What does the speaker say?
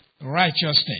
righteousness